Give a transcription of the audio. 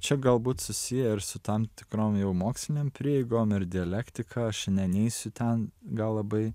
čia galbūt susiję su tam tikrom jau mokslinėm prieigom ir dialektika aš ne neisiu ten gal labai